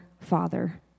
Father